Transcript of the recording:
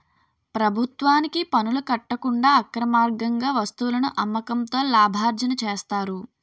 ప్రభుత్వానికి పనులు కట్టకుండా అక్రమార్గంగా వస్తువులను అమ్మకంతో లాభార్జన చేస్తారు